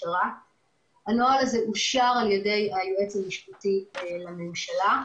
הנוהל הזה אושר על ידי היועץ המשפטי לממשלה,